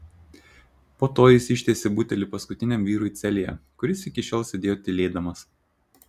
po to jis ištiesė butelį paskutiniam vyrui celėje kuris iki šiol sėdėjo tylėdamas